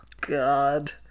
god